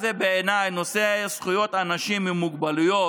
בעיניי, הנושא הזה, זכויות אנשים עם מוגבלויות,